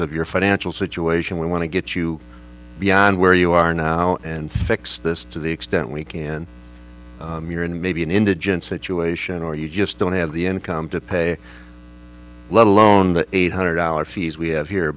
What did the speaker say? of your financial situation we want to get you beyond where you are now and fix this to the extent we can and maybe an indigent situation or you just don't have the income to pay let alone the eight hundred dollars fees we have here